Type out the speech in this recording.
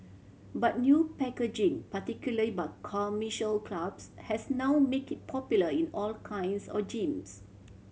but new packaging particularly by commercial clubs has now make it popular in all kinds or gyms